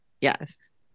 Yes